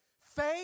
Faith